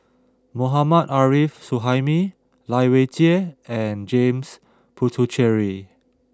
Mohammad Arif Suhaimi Lai Weijie and James Puthucheary